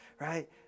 right